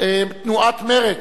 תנועת מרצ,